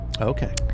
Okay